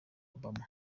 obama